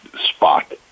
spot